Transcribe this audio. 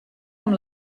amb